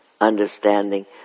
understanding